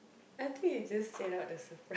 I think you just said out the surprise